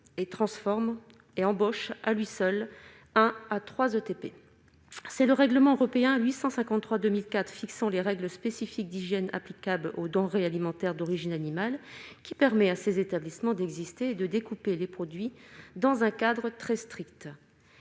et transforme et embauche à lui seul un à 3 ETP, c'est le règlement européen 853 2004 fixant les règles spécifiques d'hygiène applicables aux denrées alimentaires d'origine animale qui permet à ces établissements d'exister, de découper les produits dans un cadre très strict,